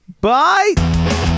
bye